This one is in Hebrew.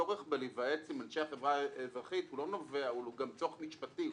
שהצורך בלהיוועץ עם אנשי החברה האזרחית הוא גם צורך משפטי.